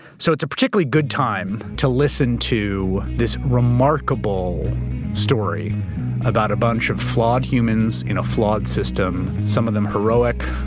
so it's a particularly good time to listen to this remarkable story about a bunch of flawed humans in a flawed system. some of them heroic,